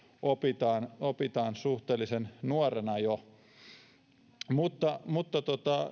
opitaan jo suhteellisen nuorena mutta mutta